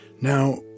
Now